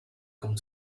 come